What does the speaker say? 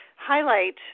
highlight